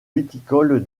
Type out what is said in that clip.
viticole